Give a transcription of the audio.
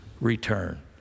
return